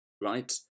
right